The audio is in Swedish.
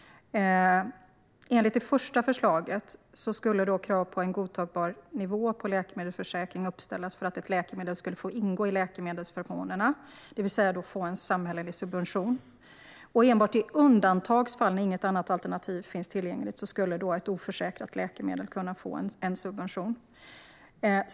Enligt det första förslaget skulle krav på en godtagbar nivå på läkemedelsförsäkringen uppställas för att ett läkemedel skulle få ingå i läkemedelsförmånerna, det vill säga få en samhällelig subvention. Enbart i undantagsfall, när inget alternativ finns tillgängligt, skulle ett oförsäkrat läkemedel kunna få en subvention.